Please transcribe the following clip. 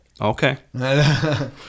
okay